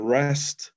rest